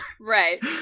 Right